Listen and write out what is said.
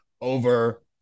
over